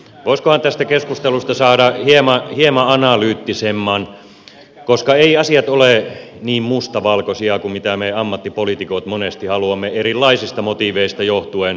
voisikohan tästä keskustelusta saada hieman analyyttisemmän koska eivät asiat ole niin mustavalkoisia kuin me ammattipoliitikot monesti haluamme erilaisista motiiveista johtuen ymmärtää